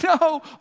no